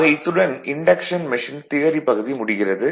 ஆக இத்துடன் induction machine theory பகுதி முடிகிறது